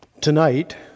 Tonight